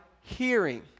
hearing